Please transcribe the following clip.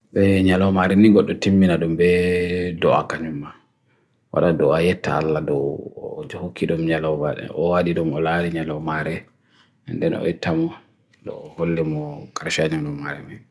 Nyalomare ni goto timmi na dumbe doa ka nyumma. Wada doa yeta alla doo jokidum nyalomare. Owadi dum ola di nyalomare. Nde no ita mo, doo hola mo karshayana nyalomare mi.